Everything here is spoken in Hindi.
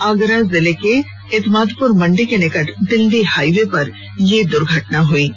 आगरा जिले के एत्मादपुर मंडी के समीप दिल्ली हाईवे पर यह दुर्घटना हुई है